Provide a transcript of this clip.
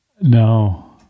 no